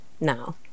now